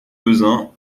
peuzin